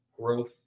growth